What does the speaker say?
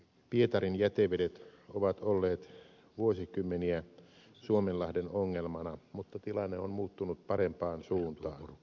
pietarin jätevedet ovat olleet vuosikymmeniä suomenlahden ongelmana mutta tilanne on muuttunut parempaan suuntaan